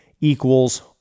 equals